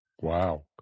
Wow